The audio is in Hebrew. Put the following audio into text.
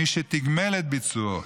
מי שתגמל את ביצועו,